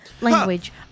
Language